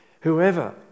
Whoever